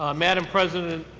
ah madam president,